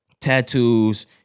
Tattoos